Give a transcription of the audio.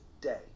day